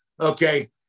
okay